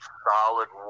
solid